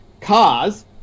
cars